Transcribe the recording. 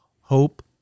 hope